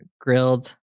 grilled